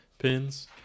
pins